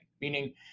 meaning